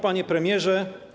Panie Premierze!